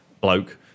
bloke